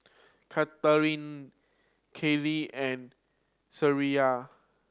Katelyn Kylee and Shreya